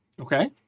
Okay